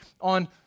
on